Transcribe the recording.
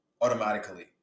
automatically